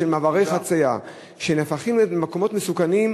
של מעברי חציה שהופכים למקום מסוכן,